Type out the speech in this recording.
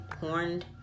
horned